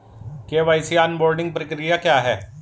KYC onboarding प्रक्रिया क्या है?